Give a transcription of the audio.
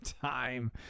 time